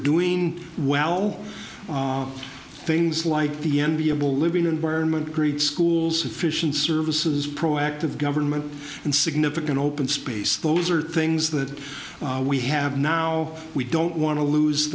doing well things like the n b a a living environment great schools efficient services proactive government and significant open space those are things that we have now we don't want to lose